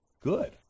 good